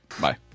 Bye